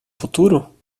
futuro